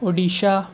Odisha